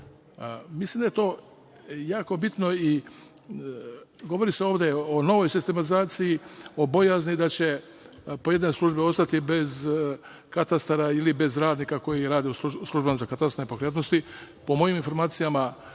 mislim da je to jako bitno i govori se ovde o novoj sistematizaciji, o bojazni da će pojedine službe ostati bez katastara ili bez radnika koji rade u službama za katastar nepokretnosti.